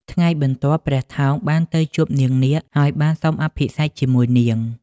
ថ្ងៃបន្ទាប់ ព្រះថោងបានទៅជួបនាងនាគ ហើយបានសុំអភិសេកជាមួយនាង។